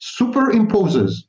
superimposes